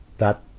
that,